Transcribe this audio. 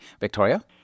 Victoria